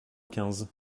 quinze